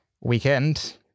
weekend